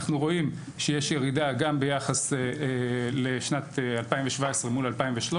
אנחנו רואים שיש ירידה גם בשנת 2017 ביחס ל-2013.